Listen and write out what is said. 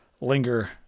linger